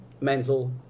mental